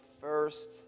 first